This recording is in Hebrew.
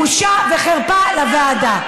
בושה וחרפה לוועדה.